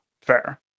Fair